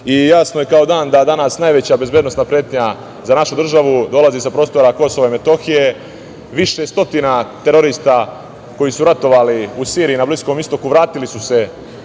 je kao dan da danas najveća bezbednosna pretnja za našu državu dolazi sa prostora Kosova i Metohije. Više stotina terorista koji su ratovali u Siriji, na Bliskom istoku vratili su se